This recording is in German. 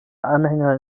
anhänger